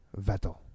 Vettel